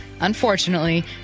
unfortunately